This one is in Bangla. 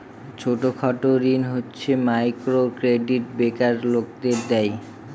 ছোট খাটো ঋণ হচ্ছে মাইক্রো ক্রেডিট বেকার লোকদের দেয়